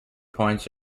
points